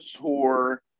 tour